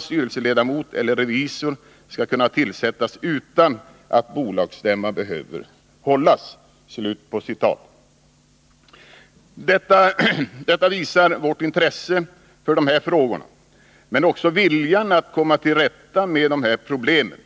styrelseledamot eller revisor skall kunna tillsättas utan att bolagsstämma behöver hållas.” Detta visar vårt intresse för de här frågorna men också viljan att komma till rätta med problemen.